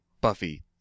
Buffy